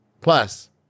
Plus